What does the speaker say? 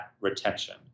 retention